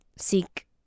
seek